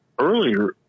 earlier